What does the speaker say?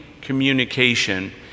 communication